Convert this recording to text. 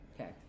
Okay